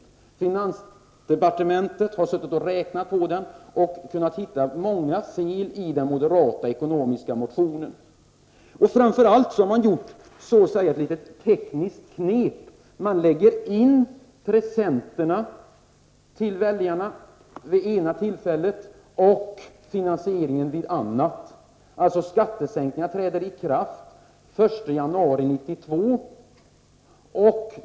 På finansdepartementet har man räknat på detta, och man har hittat många fel i den moderata ekonomisk-politiska motionen. Framför allt har motionärerna tillgripit ett tekniskt knep. Man lägger in presenterna till väljarna vid det ena tillfället och finansieringen vid ett annat. januari 1992.